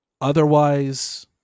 otherwise